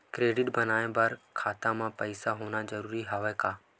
Credit बनवाय बर खाता म पईसा होना जरूरी हवय का?